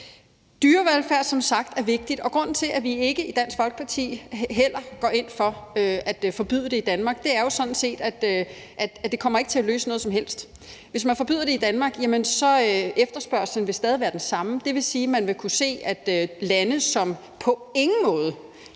Dyrevelfærd er som sagt vigtigt, og grunden til, at vi i Dansk Folkeparti heller ikke går ind for at forbyde pelsdyravl i Danmark, er sådan set, at det ikke kommer til at løse noget som helst. Hvis man forbyder det i Danmark, vil efterspørgslen stadig være den samme. Det vil sige, at man vil kunne se, at det er lande, som på ingen måde